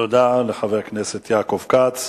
תודה לחבר הכנסת יעקב כץ.